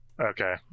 Okay